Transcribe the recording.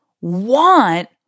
want